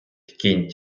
кінь